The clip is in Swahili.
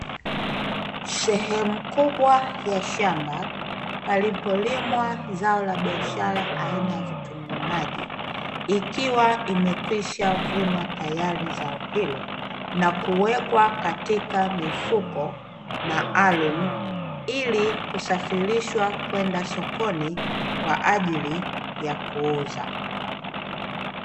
Sehemu kubwa ya shamba, palipolimwa zao la biashara aina ya vitungu maji, ikiwa imekwishavunwa tayari zao hilo, na kuwekwa katika mifuko maalumu, ili kusafirishwa kwenda sokoni kwa ajili ya kuuza.